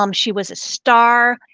um she was a star,